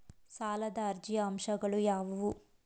ಸಾಲದ ಅರ್ಜಿಯ ಅಂಶಗಳು ಯಾವುವು?